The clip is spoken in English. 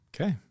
Okay